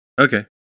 Okay